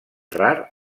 rar